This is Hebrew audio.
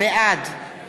בעד